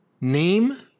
Name